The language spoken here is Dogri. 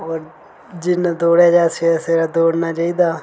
होर जिन्ना दौड़ेआ जा सबेरे सबेरे दौड़ना चाहिदा